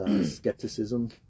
skepticism